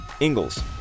Ingalls